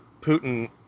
Putin